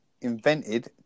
invented